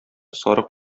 сарык